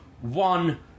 One